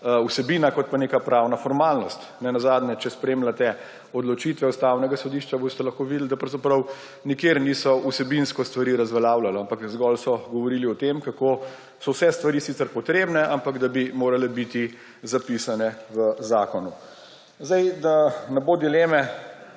vsebina kot pa neka pravna formalnost. Nenazadnje, če spremljate odločitve Ustavnega sodišča, boste lahko videli, da pravzaprav nikjer niso vsebinsko stvari razveljavljali, ampak zgolj so govorili o tem, kako so vse svari sicer potrebne, ampak da bi morale biti zapisane v zakonu. Da ne bo dileme,